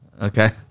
Okay